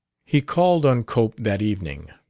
he called on cope that evening.